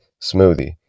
smoothie